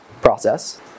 process